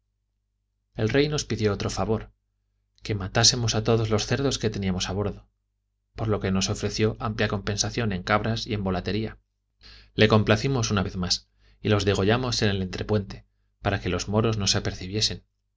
el rey nos pidió otro favor que matásemos a todos los cerdos que teníamos a bordo por lo que nos ofreció amplia compensación en cabras y en volatería le complacimos una vez más y los degollamoá en el entrepuente para que los moros no se